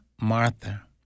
Martha